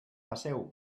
passeu